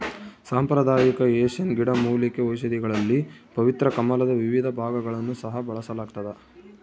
ಸಾಂಪ್ರದಾಯಿಕ ಏಷ್ಯನ್ ಗಿಡಮೂಲಿಕೆ ಔಷಧಿಗಳಲ್ಲಿ ಪವಿತ್ರ ಕಮಲದ ವಿವಿಧ ಭಾಗಗಳನ್ನು ಸಹ ಬಳಸಲಾಗ್ತದ